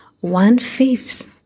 One-fifth